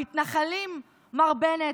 המתנחלים, מר בנט,